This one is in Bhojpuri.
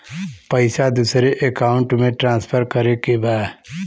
पैसा दूसरे अकाउंट में ट्रांसफर करें के बा?